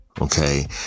Okay